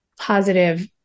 positive